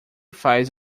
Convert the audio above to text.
faz